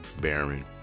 baron